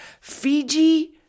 Fiji